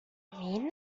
mean